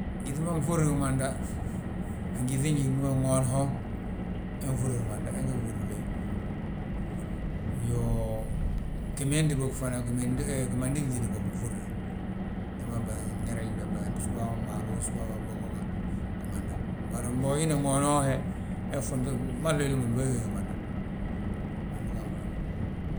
gyíŧi ma nfúrri gimanda, a gyíŧi njiŋne: ŋoon ho, he nfúri gimanda he nge fúri uléey. Iyoo, gimendi bógi, fana gimandi gitidi gi bég ginfúrre, gima binŋereñ bembe sowa maalu, sowa bogo gimanda. Bari mbo hína ŋoon hoo he, he fomte, mahli willi ma windúba we gí gimanda